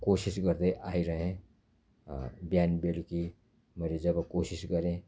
कोसिस गर्दै आइरहेँ बिहान बेलुकी मैले जब कोसिस गरेँ